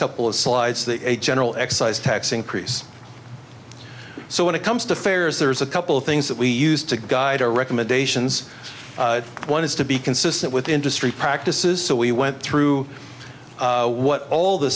couple of slides the general excise tax increase so when it comes to fares there's a couple of things that we used to guide our recommendations one is to be consistent with industry practices so we went through what all the